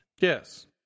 Yes